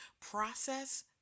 process